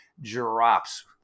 drops